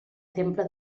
temple